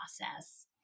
process